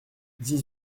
dix